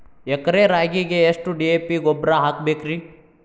ಎಕರೆ ರಾಗಿಗೆ ಎಷ್ಟು ಡಿ.ಎ.ಪಿ ಗೊಬ್ರಾ ಹಾಕಬೇಕ್ರಿ?